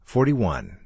Forty-one